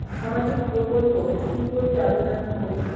সামাজিক প্রকল্পত কি করি আবেদন করিম?